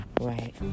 Right